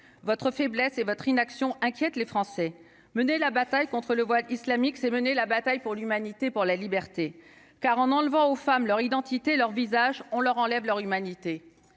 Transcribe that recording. votre faiblesse et votre inaction inquiète les Français, mener la bataille contre le voile islamique, c'est mener la bataille pour l'humanité, pour la liberté car en enlevant aux femmes leur identité, leur visage, on leur enlève leur humanité